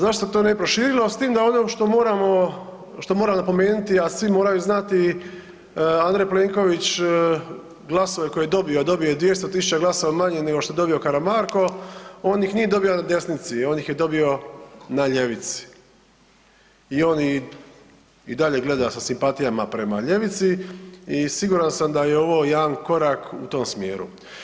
Zašto se to ne bi proširilo s tim da ovde što moramo, što moram napomenuti, a svi moraju znati, Andrej Plenković glasove koje je dobio, a dobio 200.000 glasova manje nego što je dobio Karamarko on ih nije dobio na desnici, on ih je dobio na ljevici i on i dalje gleda sa simpatijama prema ljevici i siguran sam da je ovo jedan korak u tom smjeru.